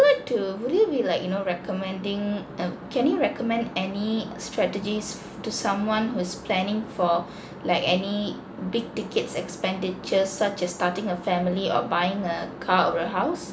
like to would you be like you know recommending uh can you recommend any strategies to someone who is planning for like any big tickets expenditures such as starting a family or buying a car or a house